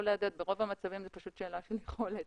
לעודד אלא ברוב המצבים זו פשוט שאלה של יכולת.